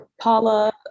Paula